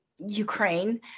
Ukraine